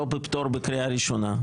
לא בפטור בקריאה ראשונה.